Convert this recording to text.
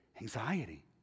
anxiety